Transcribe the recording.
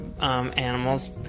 animals